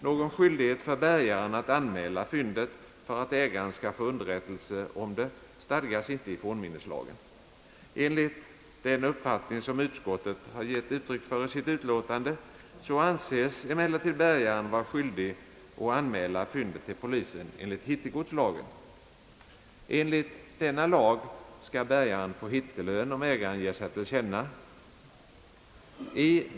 Någon skyldighet för bärgaren att anmäla fyndet för att ägaren skall få underrättelse om det stadgas inte i fornminneslagen. Enligt utskottets uppfattning anses bärgaren emellertid vara skyldig att anmäla fyndet till polisen enligt hittegodslagen. Enligt denna lag kan bärgaren få hittelön om ägaren ger sig till känna.